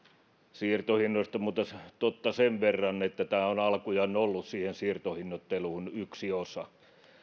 siirtohinnoista mutta totta sen verran että tämä on alkujaan ollut siihen siirtohinnoitteluun yksi osa